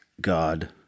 God